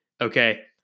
okay